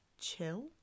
chill